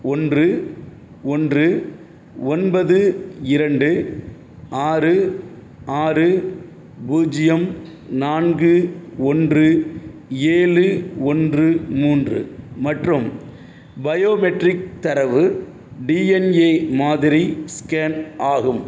ஒன்று ஒன்று ஒன்பது இரண்டு ஆறு ஆறு பூஜ்யம் நான்கு ஒன்று ஏழு ஒன்று மூன்று மற்றும் பயோமெட்ரிக் தரவு டிஎன்ஏ மாதிரி ஸ்கேன் ஆகும்